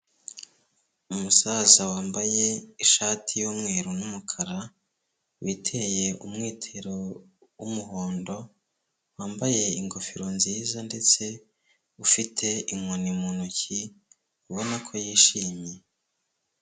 Umusaza wambaye ishati y'umweru n'umukara, witeye umwitero w'umuhondo, wambaye ingofero nziza ndetse ufite inkoni mu ntoki, ubona ko yishimye.